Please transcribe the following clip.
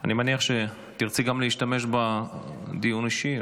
אני מניח שתרצי גם להשתמש בדיון האישי.